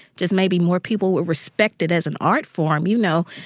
just maybe, more people would respect it as an art form, you know?